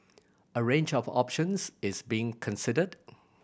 a range of options is being considered